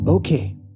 Okay